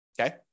Okay